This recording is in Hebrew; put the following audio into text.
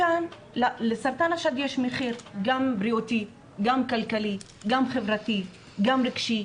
לסרטן השד יש מחיר גם בריאותי גם כלכלי גם חברתי חוגם רגשי,